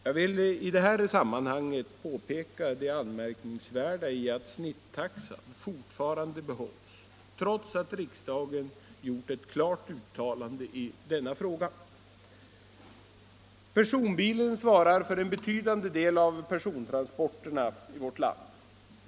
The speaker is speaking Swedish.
Jag vill i det här sammanhanget påpeka det anmärkningsvärda i att snittaxan fortfarande behålls, trots att riksdagen gjort ett klart uttalande i denna fråga. Personbilen svarar för en betydande del av persontransporterna.